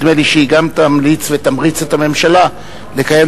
נדמה לי שהיא גם תמריץ את הממשלה לקיים